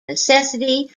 necessity